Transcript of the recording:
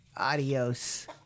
adios